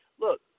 Look